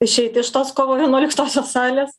išeit iš tos kovo vienuoliktosios salės